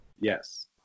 Yes